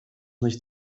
nicht